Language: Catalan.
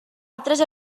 altres